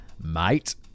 mate